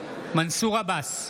מנסור עבאס,